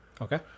Okay